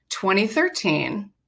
2013